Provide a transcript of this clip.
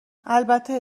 البته